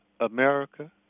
America